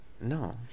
no